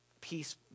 peace